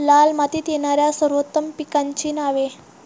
लाल मातीत येणाऱ्या सर्वोत्तम पिकांची नावे?